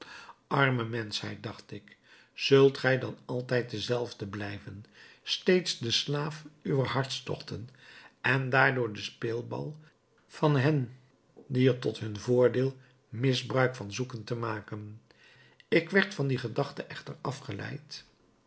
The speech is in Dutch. arme menschheid dacht ik zult gij dan altijd dezelfde blijven steeds de slaaf uwer hartstochten en daardoor de speelbal van hen die er tot hun voordeel misbruik van zoeken te maken ik werd van die gedachte echter afgeleid